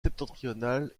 septentrionale